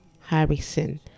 Harrison